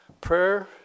Prayer